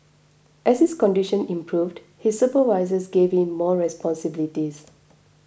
as his condition improved his supervisors gave him more responsibilities